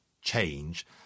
change